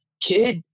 kid